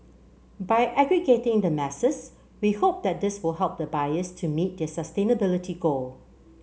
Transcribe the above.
by aggregating the masses we hope that this will help the buyers to meet their sustainability goal